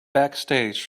backstage